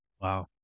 Wow